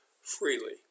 freely